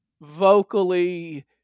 vocally